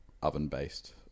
Oven-based